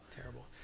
Terrible